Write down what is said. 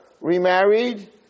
remarried